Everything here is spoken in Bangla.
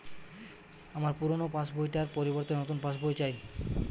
আমার পুরানো পাশ বই টার পরিবর্তে নতুন পাশ বই চাই